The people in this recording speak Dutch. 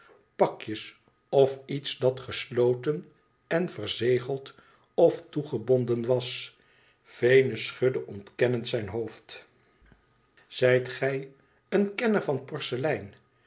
pakjes of iets dat gesloten en verzegeld of toegebonden was venus schudde ontkennend zijn hoofd zijt gi een kenner van porselein